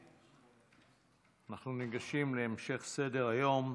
אנחנו ניגשים להמשך סדר-היום: